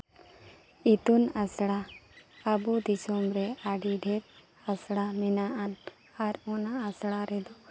ᱤᱛᱩᱱ ᱟᱥᱲᱟ ᱟᱵᱚ ᱫᱤᱥᱚᱢ ᱨᱮ ᱟᱹᱰᱤ ᱰᱷᱮᱨ ᱟᱥᱲᱟ ᱢᱮᱱᱟᱜᱼᱟ ᱟᱨ ᱚᱱᱟ ᱟᱥᱲᱟ ᱨᱮᱫᱚ